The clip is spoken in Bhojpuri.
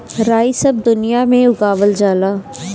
राई सब दुनिया में उगावल जाला